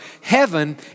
heaven